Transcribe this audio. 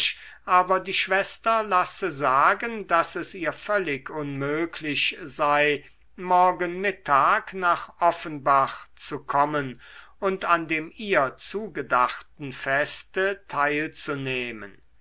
aber die schwester lasse sagen daß es ihr völlig unmöglich sei morgen mittag nach offenbach zu kommen und an dem ihr zugedachten feste teilzunehmen